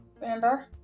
Remember